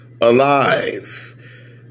alive